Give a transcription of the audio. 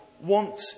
want